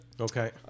Okay